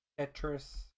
tetris